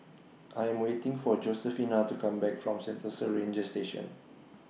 I Am waiting For Josefina to Come Back from Sentosa Ranger Station